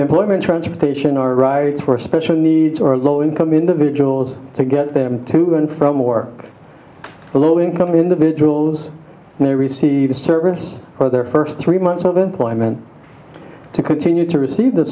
employment transportation are right for a special needs or low income individuals to get them to and from work the low income individuals may receive a service for their first three months of employment to continue to receive th